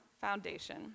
foundation